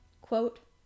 Quote